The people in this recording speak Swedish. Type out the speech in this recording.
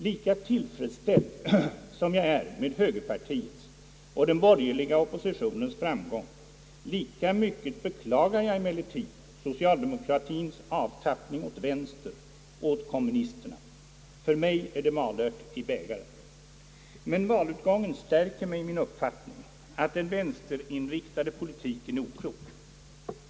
Lika tillfredsställd som jag är med högerpartiets och den borgerliga oppositionens framgång, lika mycket beklagar jag emellertid sociademokratiens avtappning åt vänster, till kommunisterna. För mig är det malört i bägaren. Men valutgången stärker mig i uppfattningen att den vänsterinriktade politiken är oklok.